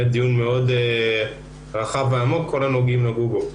היה דיון רחב ועמוק, כל הגורמים נגעו בו.